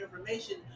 information